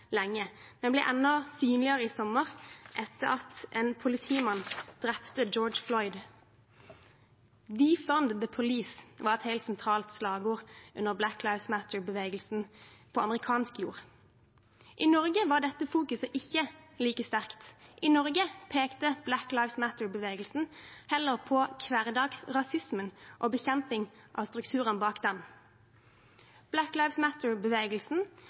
lenge. Den ble enda synligere i sommer, etter at en politimann drepte George Floyd. «Defund the police» var et helt sentralt slagord under Black Lives Matter-bevegelsen på amerikansk jord. I Norge var dette fokuset ikke like sterkt – i Norge pekte Black Lives Matter-bevegelsen heller på hverdagsrasismen og bekjemping av strukturene bak den. Black